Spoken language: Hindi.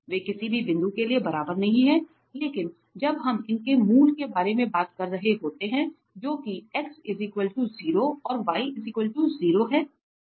वे किसी भी बिंदु के लिए बराबर नहीं हैं लेकिन जब हम इनके मूल के बारे में बात कर रहे होते हैं जो की x 0 और y 0 है